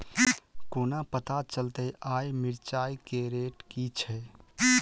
कोना पत्ता चलतै आय मिर्चाय केँ रेट की छै?